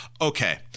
okay